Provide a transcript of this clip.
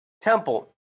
Temple